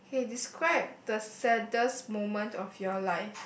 K describe the saddest moment of your life